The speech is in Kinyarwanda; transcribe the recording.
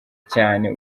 cyane